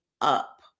up